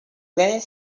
planet